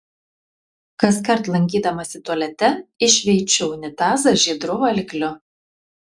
kaskart lankydamasi tualete iššveičiu unitazą žydru valikliu